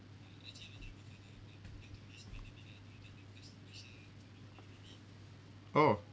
oh